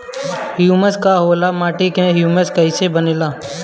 Humus का होला माटी मे ह्यूमस कइसे बनेला?